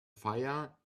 fire